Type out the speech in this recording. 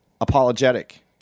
apologetic